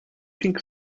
think